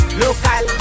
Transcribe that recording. local